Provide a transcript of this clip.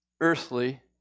earthly